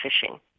fishing